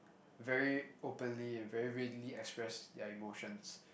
very openly and very readily express their emotions